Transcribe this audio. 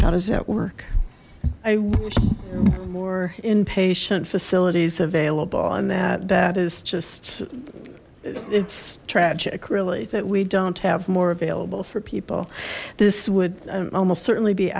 how does that work i inpatient facilities available and that that is just it's tragic really that we don't have more available for people this would almost certainly be